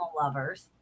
lovers